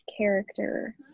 character